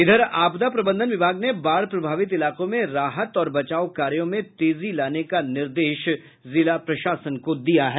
उधर आपदा प्रबंधन विभाग ने बाढ़ प्रभावित इलाकों में राहत और बचाव कार्यो में तेजी लाने का निर्देश जिला प्रशासन को दिया है